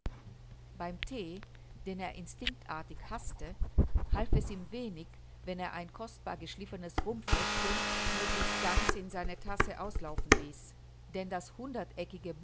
beim thee den er instinctartig haßte half es ihm wenig wenn er ein kostbar geschliffenes rumfläschchen möglichst ganz in seine tasse auslaufen ließ denn das